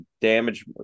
damage